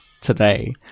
today